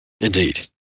indeed